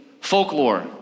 folklore